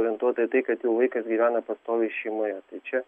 orientuota į tai kad jau vaikas gyvena pastoviai šeimoje tai čia